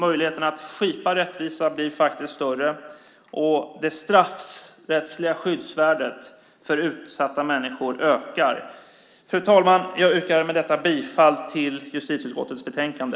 Möjligheterna att skipa rättvisa blir faktiskt större och det straffrättsliga skyddsvärdet för utsatta människor ökar. Fru talman! Jag yrkar med detta bifall till förslagen i justitieutskottets betänkande.